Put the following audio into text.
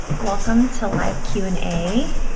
welcome to live q and a.